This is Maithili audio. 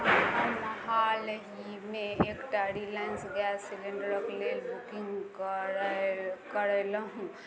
हम हालहिमे एकटा रिलायन्स गैस सिलेण्डरके लेल बुकिन्ग करे करेलहुँ